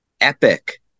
epic